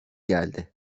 geldi